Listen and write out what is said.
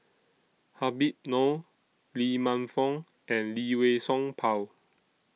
Habib Noh Lee Man Fong and Lee Wei Song Paul